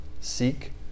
seek